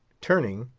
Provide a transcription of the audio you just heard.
turning,